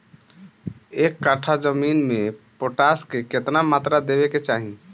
एक कट्ठा जमीन में पोटास के केतना मात्रा देवे के चाही?